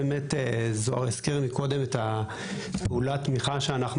זוהר הזכיר קודם את פעולת תמיכה שאנחנו